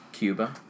Cuba